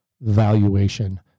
valuation